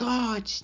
God